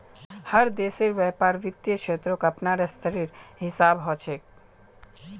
हर देशेर व्यापार वित्त क्षेत्रक अपनार स्तरेर हिसाब स ह छेक